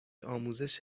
آموزش